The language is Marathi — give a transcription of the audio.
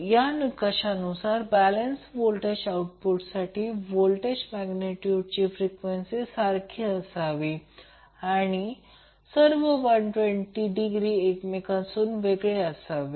या निकषनुसार बॅलन्स व्होल्टेज आउटपुटसाठी व्होल्टेज मॅग्नेट्यूडची फ्रिक्वेन्सी सारखीच असावी आणि सर्व 120 डिग्री एकमेकांपासून वेगळी असावी